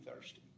thirsty